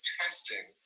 testing